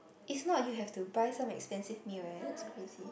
is not you have to buy some expensive meal eh that's crazy